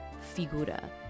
figura